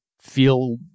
feel